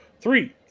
Three